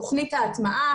תוכנית הטמעה,